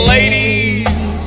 Ladies